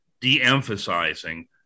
de-emphasizing